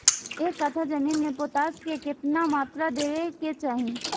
एक कट्ठा जमीन में पोटास के केतना मात्रा देवे के चाही?